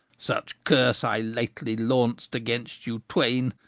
such curse i lately launched against you twain,